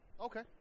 Okay